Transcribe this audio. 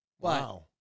Wow